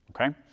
okay